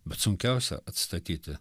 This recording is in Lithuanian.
bet sunkiausia atstatyti